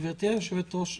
גברתי היושבת-ראש,